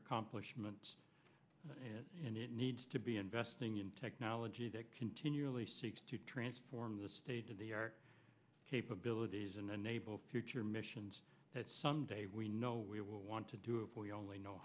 accomplishment and it needs to be investing in technology that continually seeks to transform the state of the art capabilities and enable picture missions that someday we know we will want to do if we only know